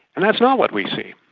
and that's not what we see.